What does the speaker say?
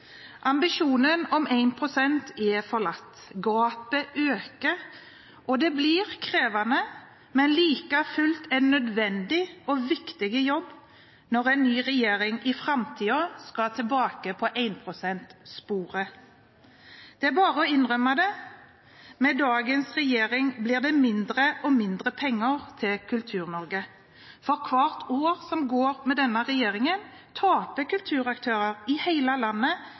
Ambisjonen om 1 pst. er forlatt, gapet øker, og det blir en krevende, men like fullt nødvendig og viktig jobb når en ny regjering i framtiden skal tilbake på 1 pst.-sporet. Det er bare å innrømme det: Med dagens regjering blir det mindre og mindre penger til Kultur-Norge. For hvert år som går med denne regjeringen, taper kulturaktører i hele landet